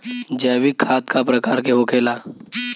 जैविक खाद का प्रकार के होखे ला?